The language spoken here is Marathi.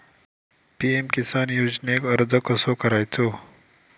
पी.एम किसान योजनेक अर्ज कसो करायचो?